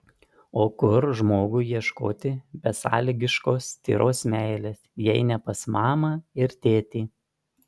o kur žmogui ieškoti besąlygiškos tyros meilės jei ne pas mamą ir tėtį